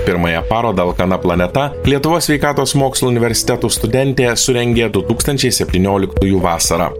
pirmąją parodą alkana planeta lietuvos sveikatos mokslų universitetų studentė surengė du tūkstančiai septynioliktųjų vasarą